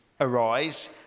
arise